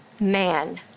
man